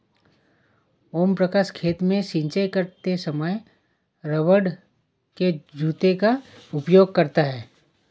ओम प्रकाश खेत में सिंचाई करते समय रबड़ के जूते का उपयोग करता है